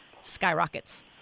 skyrockets